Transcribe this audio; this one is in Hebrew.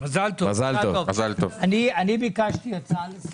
אני ביקשתי הצעה לסדר.